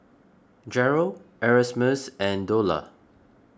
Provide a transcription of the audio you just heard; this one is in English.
Jeryl Erasmus and Dola